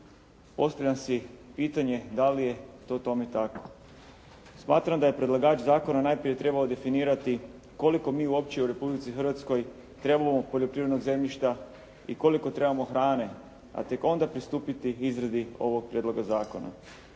Postavljam si pitanje da li je to tome tako? Smatram da je predlagač zakona najprije trebao definirati koliko mi uopće u Republici Hrvatskoj trebamo poljoprivrednog zemljišta i koliko trebamo hrane, a tek onda pristupiti izradi ovog prijedloga zakona.